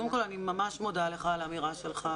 קודם כל אני ממש מודה לך על האמירה שלך,